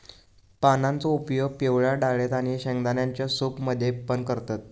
पानांचो उपयोग पिवळ्या डाळेत आणि शेंगदाण्यांच्या सूप मध्ये पण करतत